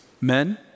Men